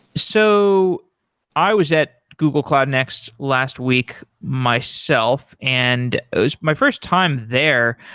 so i was at google cloud next last week myself. and it was my first time there,